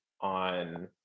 on